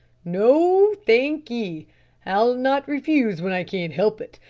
no, thankee i'll not refuse when i can't help it,